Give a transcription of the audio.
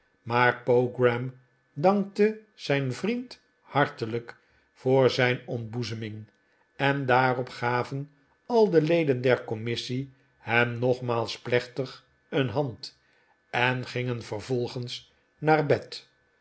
maar pogram dankte zijn vriend hartelijk voor zijn ontboezeming en daarop gaven al de leden der commissie hem nogmaals plechtig een hand en gingen vervolgens naar bed